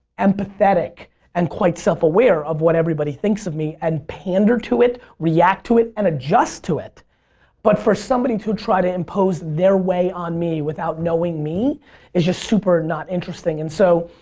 empathetic and quite self-aware of what everybody thinks of me and pander to it, react to it and adjust to it but for somebody to try to impose their way on me without knowing me is just super not interesting. and so,